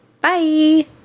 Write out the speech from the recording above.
Bye